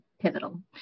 pivotal